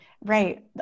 Right